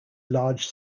large